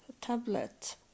tablet